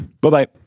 Bye-bye